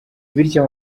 bityo